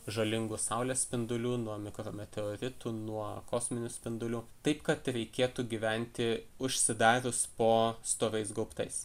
žalingų saulės spindulių nuo mikrometeoritų nuo kosminių spindulių taip kad reikėtų gyventi užsidarius po storais gaubtais